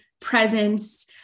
presence